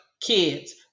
kids